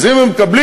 אז אם הם מקבלים,